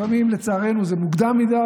לפעמים לצערנו זה מוקדם מדי,